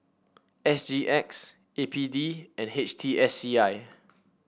S G X A P D and H T S C I